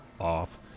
off